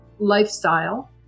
lifestyle